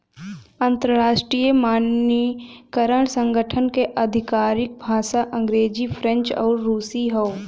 अंतर्राष्ट्रीय मानकीकरण संगठन क आधिकारिक भाषा अंग्रेजी फ्रेंच आउर रुसी हौ